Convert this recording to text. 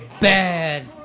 Bad